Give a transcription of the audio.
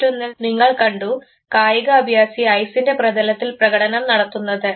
മറ്റൊന്നിൽ നിങ്ങൾ കണ്ടു കായികാഭ്യാസി ഐസിൻറെ പ്രതലത്തിൽ പ്രകടനം നടത്തുന്നത്